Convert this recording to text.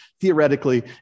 theoretically